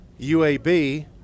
UAB